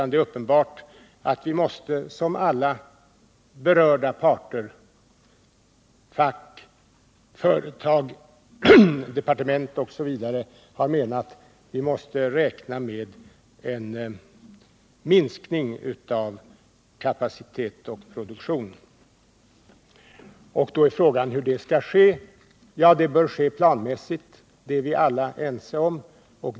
Det är uppenbart att vi, som alla berörda parter — facket, företaget, departementet osv. — har menat, måste räkna med en minskning av kapacitet och produktion. Då är frågan hur det skall ske. Det bör ske planmässigt — det är vi alla ense om.